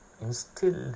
instilled